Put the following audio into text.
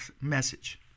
message